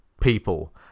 people